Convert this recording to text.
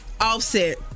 Offset